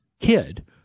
kid